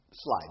Slide